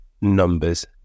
numbers